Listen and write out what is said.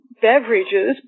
Beverages